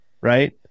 right